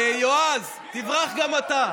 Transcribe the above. יועז, תברח גם אתה.